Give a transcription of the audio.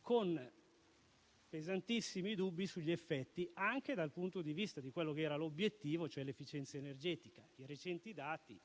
con pesantissimi dubbi sugli effetti anche dal punto di vista dell'obiettivo dell'efficienza energetica. I recenti dati